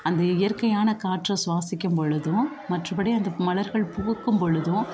அந்த இயற்கையான காற்றை சுவாசிக்கும்பொழுதும் மற்றபடி அந்த மலர்கள் பூக்கும்பொழுதும்